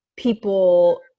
people